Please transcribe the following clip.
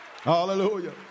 Hallelujah